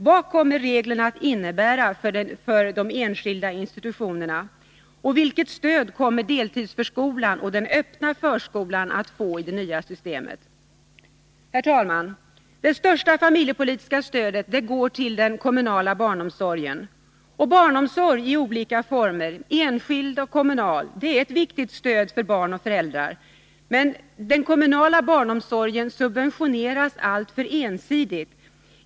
Vad kommer reglerna att innebära för de enskilda Herr talman! Det största familjepolitiska stödet går till den kommunala barnomsorgen. Barnomsorg i olika former, både enskild och kommunal, utgör ett viktigt stöd för barn och föräldrar. Men den kommunala barnomsorgen subventioneras alltför ensidigt.